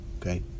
okay